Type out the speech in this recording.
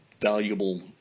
valuable